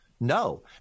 no